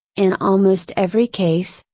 in almost every case,